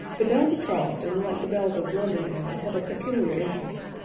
the bells of charleston, like the bells of london town, have a peculiar interest.